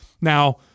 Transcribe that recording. Now